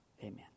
amen